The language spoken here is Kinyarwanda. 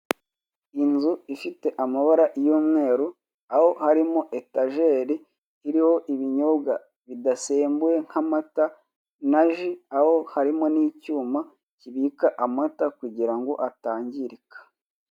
Inzu ifite amabara y'umweru aho harimo etajeri, irimo ibinyobwa bidasembuye nk'amata na ji, aho harimo n'icyuma kibika amata kugira ngo atangirika.